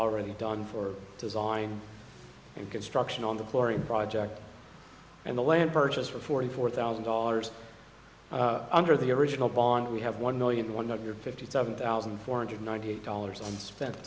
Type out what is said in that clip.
already done for design and construction on the flooring project and the land purchase for forty four thousand dollars under the original bond we have one million one hundred fifty seven thousand four hundred ninety eight dollars and spent